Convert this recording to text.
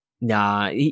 nah